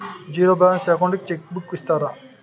Zero balance account కి cheque book ఇస్తారా?